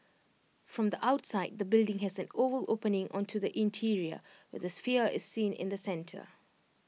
from the outside the building has an oval opening onto the interior where the sphere is seen in the centre